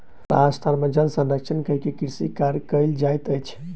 राजस्थान में जल संरक्षण कय के कृषि कार्य कयल जाइत अछि